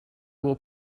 will